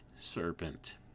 serpent